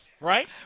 right